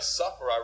suffer